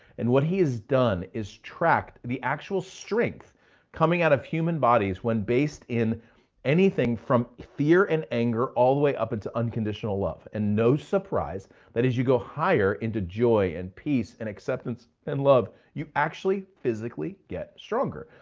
and what he has done is tracked the actual strength coming out of human bodies, when based in anything from fear and anger all the way up into unconditional love. and no surprise that as you go higher into joy and peace and acceptance and love, you actually physically get stronger.